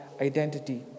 identity